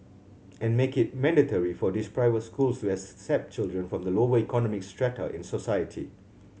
and make it mandatory for these private schools accept children from the lower economic strata in society